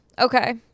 Okay